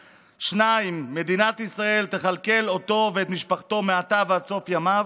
2. מדינת ישראל תכלכל אותו ואת משפחתו מעתה ועד סוף ימיו,